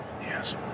Yes